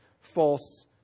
false